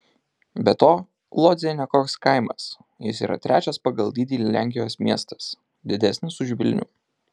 be to lodzė ne koks kaimas jis yra trečias pagal dydį lenkijos miestas didesnis už vilnių